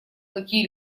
какие